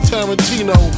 Tarantino